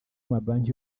amabanki